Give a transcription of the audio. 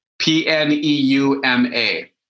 P-N-E-U-M-A